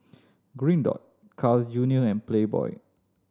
Green Dot Carl's Junior and Playboy